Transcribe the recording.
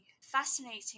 fascinating